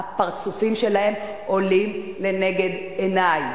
הפרצופים שלהם עולים לנגד עיני.